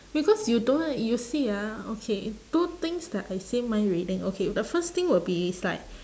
because you don't uh you see ah okay two things that I say mind reading okay the first thing will be it's like